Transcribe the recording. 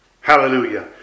Hallelujah